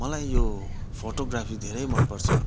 मलाई यो फोटोग्राफी धेरै मन पर्छ